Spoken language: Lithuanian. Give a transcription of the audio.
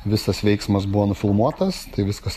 visas veiksmas buvo nufilmuotas tai viskas